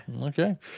Okay